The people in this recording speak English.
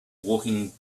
walking